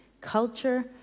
culture